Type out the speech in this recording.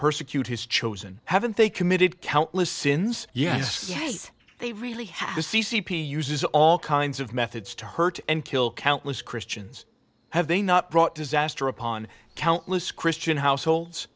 persecute his chosen haven't they committed countless sins yes yes they really have the c c p uses all kinds of methods to hurt and kill countless christians have they not brought disaster upon countless christian households